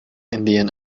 indian